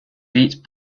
beat